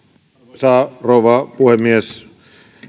arvoisa rouva puhemies